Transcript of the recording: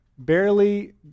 barely